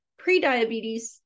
Prediabetes